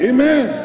Amen